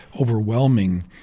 overwhelming